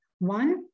One